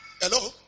Hello